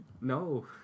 No